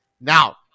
Now